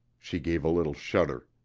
she gave a little shudder.